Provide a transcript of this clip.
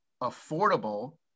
affordable